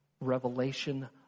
revelation